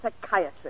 psychiatry